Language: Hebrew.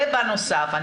ובנוסף,